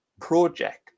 project